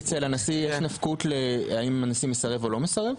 אצל הנשיא יש נפקות להאם הנשיא מסרב או לא מסרב?